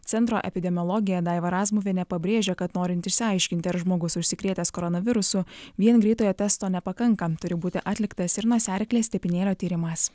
centro epidemiologė daiva razmuvienė pabrėžia kad norint išsiaiškinti ar žmogus užsikrėtęs koronavirusu vien greitojo testo nepakanka turi būti atliktas ir nosiaryklės tepinėlio tyrimas